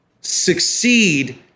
succeed